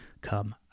come